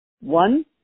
one